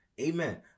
Amen